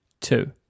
two